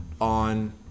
on